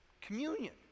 Communion